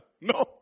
No